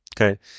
Okay